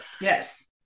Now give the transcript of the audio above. Yes